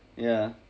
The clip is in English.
ya